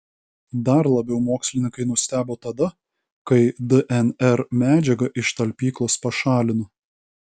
dar labiau mokslininkai nustebo tada kai dnr medžiagą iš talpyklos pašalino